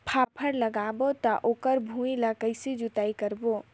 फाफण लगाबो ता ओकर भुईं ला कइसे जोताई करबो?